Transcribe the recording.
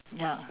ya